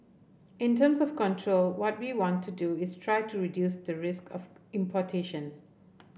in terms of control what we want to do is try to reduce the risk of importations